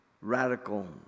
radical